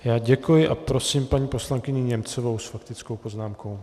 Já děkuji a prosím paní poslankyni Němcovou s faktickou poznámkou.